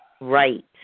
right